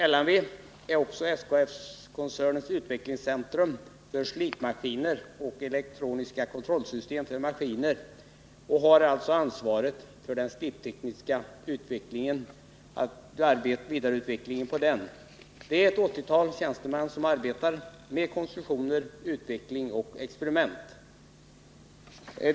LMV är också SKF-koncernens utvecklingscentrum för slipmaskiner och elektroniska kontrollsystem för maskiner och har alltså ansvaret för den sliptekniska vidareutvecklingen. Ett 80-tal tjänstemän arbetar med konstruktioner, utveckling och experiment.